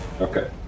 Okay